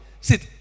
Sit